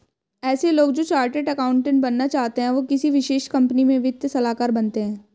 ऐसे लोग जो चार्टर्ड अकाउन्टन्ट बनना चाहते है वो किसी विशेष कंपनी में वित्तीय सलाहकार बनते हैं